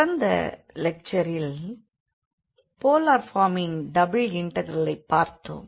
கடந்த லெக்சரில் போலார் பார்மில் டபுள் இண்டெக்ரலைப் பார்த்தோம்